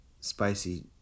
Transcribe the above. spicy